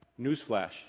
Newsflash